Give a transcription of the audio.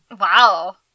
wow